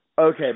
Okay